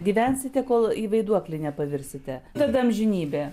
gyvensite kol į vaiduoklį nepavirsite tada amžinybė